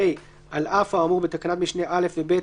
(ה)על אף האמור בתקנת משנה (א) ו-(ב),